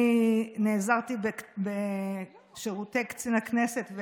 אני נעזרתי בשירותי קצין הכנסת,